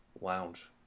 Lounge